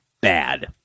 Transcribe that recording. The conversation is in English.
bad